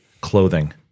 Clothing